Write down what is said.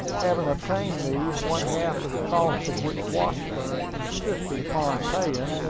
having obtained these, one-half of the cost of which washburn insisted upon paying,